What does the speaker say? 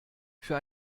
für